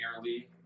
nearly